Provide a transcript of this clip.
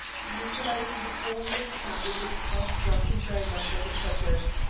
utilizing the four-wheeled cab with its half-drunken driver for the purpose.